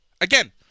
Again